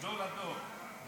גדול הדור.